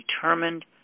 determined